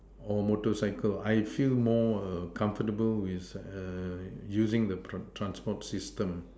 or motorcycle I feel more err comfortable with err using the transport system